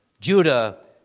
Judah